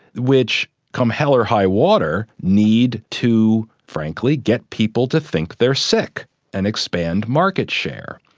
which, come hell or high water, need to, frankly, get people to think they're sick and expand market share.